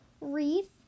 wreath